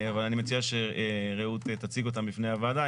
אבל אני מציע שרעות תציג אותם בפני הוועדה.